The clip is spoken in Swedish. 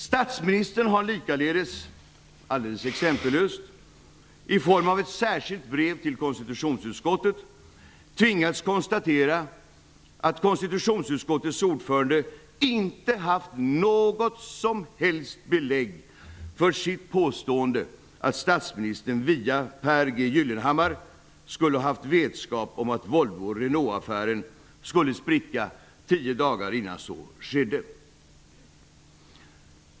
Statsministern har likaledes alldeles exempellöst, i form av ett särskilt brev till konstitutionsutskottet, tvingats konstatera att konstitutionsutskottets ordförande inte har haft något som helst belägg för sitt påstående att statsministern, via Pehr G Gyllenhammar, skulle ha haft vetskap om att Volvo--Renault-affären skulle spricka tio dagar innan så skedde.